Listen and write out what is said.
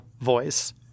voice